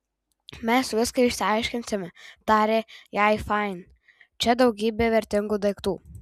mes viską išsiaiškinsime tarė jai fain čia daugybė vertingų daiktų